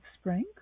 spring